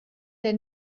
der